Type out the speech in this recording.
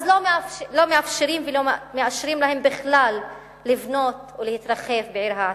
אז לא מאפשרים ולא מאשרים להם בכלל לבנות ולהתרחב בעיר העתיקה.